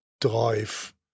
drive